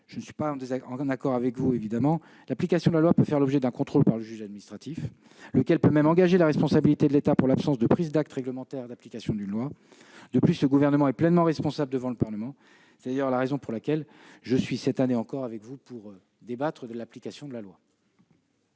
évidemment pas d'accord avec vous. L'application de la loi peut faire l'objet d'un contrôle par le juge administratif, lequel peut même engager la responsabilité de l'État pour absence de prise d'actes réglementaires d'application d'une loi. De plus, le Gouvernement est pleinement responsable devant le Parlement ; c'est d'ailleurs la raison pour laquelle je suis avec vous, cette année encore, pour débattre de l'application des lois.